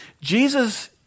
Jesus